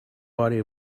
body